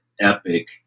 epic